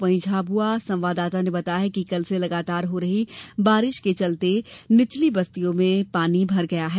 वहीं झाबुआ संवाददाता ने बताया है कि कल से लगातार हो रही बारिश के चलते निचली बस्तियों में पानी भर गया है